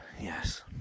Yes